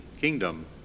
kingdom